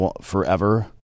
forever